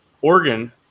Oregon